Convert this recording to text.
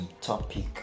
topic